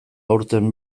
aurten